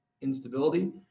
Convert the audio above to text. instability